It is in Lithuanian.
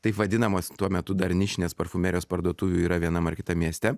taip vadinamos tuo metu dar nišinės parfumerijos parduotuvių yra vienam ar kitam mieste